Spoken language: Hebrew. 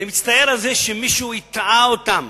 אני מצטער על זה שמישהו הטעה אותם,